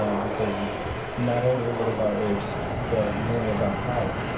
because not only is it about race, but and mainly about power.